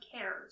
cares